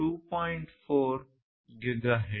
4 gigahertz